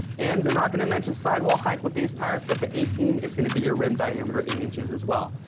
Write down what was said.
and they're not gonna mention sidewall height with these tires, but the eighteen is gonna be your rim diameter in inches, as well.